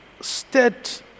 state